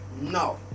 no